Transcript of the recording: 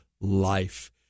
life